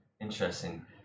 interesting